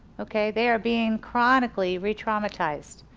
okay they are being chronically retraumatized.